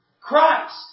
Christ